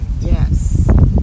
Yes